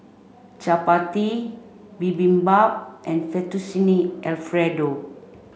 Chapati Bibimbap and Fettuccine Alfredo